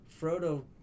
Frodo